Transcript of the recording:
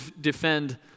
defend